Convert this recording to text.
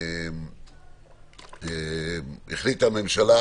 החליטה הממשלה